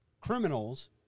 criminals